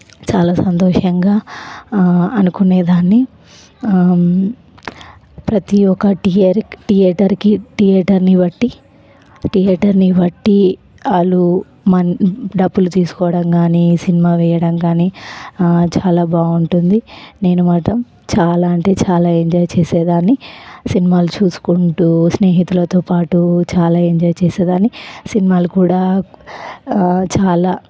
చాలా సంతోషంగా అనుకునేదాన్ని ప్రతీ ఒక్క టీఏర్ థియేటర్కి థియేటర్ని బట్టి థియేటర్ని బట్టి వాళ్ళు మనీ డబ్బులు తీసుకోవడం కానీ సినిమా వేయడం కానీ చాలా బాగుంటుంది నేను మాత్రం చాలా అంటే చాలా ఎంజాయ్ చేసేదాన్ని సినిమాలు చూసుకుంటూ స్నేహితులతో పాటు చాలా ఎంజాయ్ చేసేదాన్ని సినిమాలు కూడా చాలా